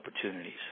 opportunities